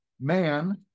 man